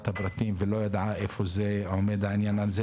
את הפרטים ולא ידעה איפה עומד העניין הזה.